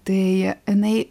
tai jinai